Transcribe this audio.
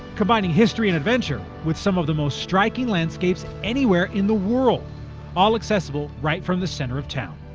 combining history and adventure with some of the most striking landscapes anywhere in the world all accessible right from the center of town.